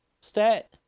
stat